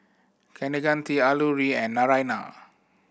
Kaneganti Alluri and Naraina